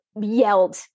yelled